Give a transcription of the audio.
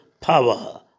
power